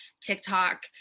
TikTok